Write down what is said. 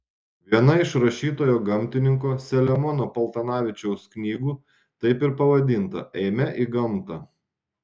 viena iš rašytojo gamtininko selemono paltanavičiaus knygų taip ir pavadinta eime į gamtą